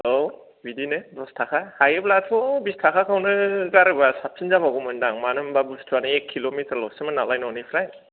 औ बिदिनो दस थाखा हायोब्लाथ' बिस थाखाखौनो गारोब्ला साबसिन जाबावगौमोनदां मानो होनब्ला बुस्थुवानो एक किल' मिटार ल' सोमोन नालाय न'निफ्राय